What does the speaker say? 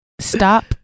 stop